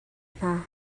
hna